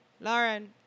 Lauren